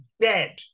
dead